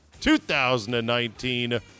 2019